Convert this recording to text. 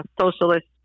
socialist